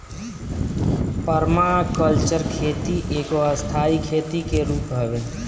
permaculture खेती एगो स्थाई खेती के रूप हवे